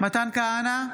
מתן כהנא,